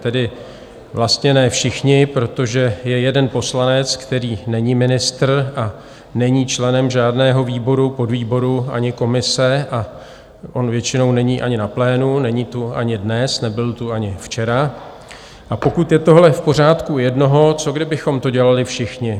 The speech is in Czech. Tedy vlastně ne všichni, protože je jeden poslanec, který není ministr a není členem žádného výboru, podvýboru ani komise, a on většinou není ani na plénu, není tu ani dnes, nebyl tu ani včera, a pokud je tohle v pořádku u jednoho, co kdybychom to dělali všichni?